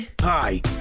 Hi